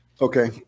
Okay